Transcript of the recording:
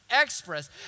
express